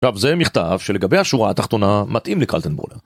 עכשיו זה מכתב שלגבי השורה התחתונה מתאים לקלטן בולה